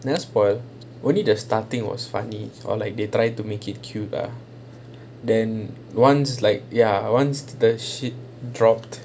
never spoiled only the starting was funny or like they try to make it cute lah then once like ya once the shit dropped